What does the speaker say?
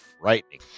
frightening